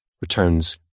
returns